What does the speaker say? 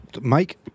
Mike